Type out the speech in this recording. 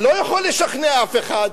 אני לא יכול לשכנע אף אחד,